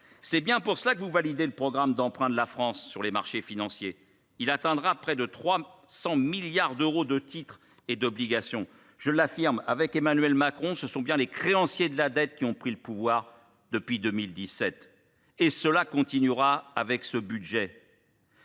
raison pour laquelle vous validez le programme d’emprunts de la France sur les marchés financiers, qui atteindra près de 300 milliards d’euros de titres et d’obligations. Je l’affirme, avec Emmanuel Macron, ce sont bien les créanciers de la dette qui ont pris le pouvoir depuis 2017, et le présent budget